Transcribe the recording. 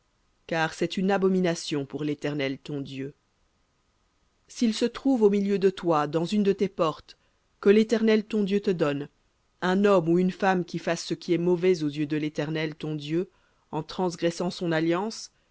car c'est une abomination pour l'éternel ton dieu sil se trouve au milieu de toi dans une de tes portes que l'éternel ton dieu te donne un homme ou une femme qui fasse ce qui est mauvais aux yeux de l'éternel ton dieu en transgressant son alliance